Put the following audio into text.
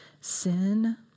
Sin